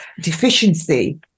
deficiency